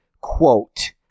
quote